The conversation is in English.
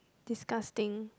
disgusting